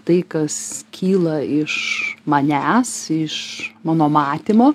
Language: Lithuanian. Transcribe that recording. tai kas kyla iš manęs iš mano matymo